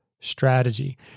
strategy